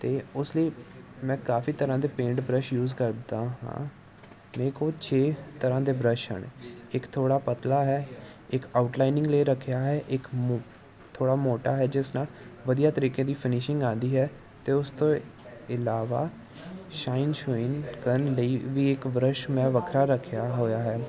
ਅਤੇ ਉਸ ਲਈ ਮੈਂ ਕਾਫੀ ਤਰ੍ਹਾਂ ਦੇ ਪੇਂਟ ਬਰਸ਼ ਯੂਜ ਕਰਦਾ ਹਾਂ ਮੇਰੇ ਕੋਲ ਛੇ ਤਰ੍ਹਾਂ ਦੇ ਬਰੱਸ਼ ਹਨ ਇੱਕ ਥੋੜ੍ਹਾ ਪਤਲਾ ਹੈ ਇੱਕ ਆਊਟਲਾਈਨਿੰਗ ਲਈ ਰੱਖਿਆ ਹੈ ਇੱਕ ਮੋ ਥੋੜ੍ਹਾ ਮੋਟਾ ਹੈ ਜਿਸ ਨਾਲ ਵਧੀਆ ਤਰੀਕੇ ਦੀ ਫਿਨਿਸ਼ਿੰਗ ਆਉਂਦੀ ਹੈ ਅਤੇ ਉਸ ਤੋਂ ਇਲਾਵਾ ਸ਼ਾਈਨ ਸ਼ੂਈਨ ਕਰਨ ਲਈ ਵੀ ਇੱਕ ਬਰੱਸ਼ ਮੈਂ ਵੱਖਰਾ ਰੱਖਿਆ ਹੋਇਆ ਹੈ